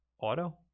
Auto